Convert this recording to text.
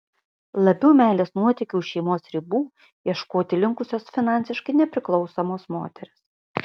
labiau meilės nuotykių už šeimos ribų ieškoti linkusios finansiškai nepriklausomos moterys